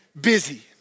busy